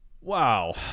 Wow